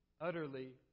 utterly